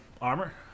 armor